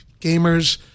gamers